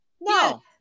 No